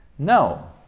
No